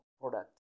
product